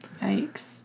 Yikes